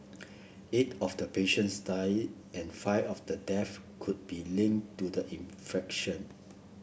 eight of the patients died and five of the deaths could be linked to the infection